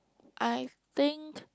I think